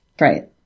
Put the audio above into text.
right